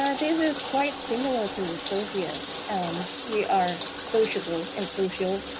ah this is quite similar to sophia's. um we are sociable and social,